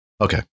Okay